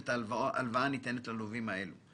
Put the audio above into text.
את ההלוואה הניתנת ללווים האלו.